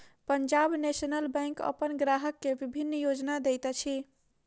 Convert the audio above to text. Punjab National Bank अपन ग्राहक के विभिन्न योजना दैत अछि